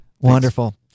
Wonderful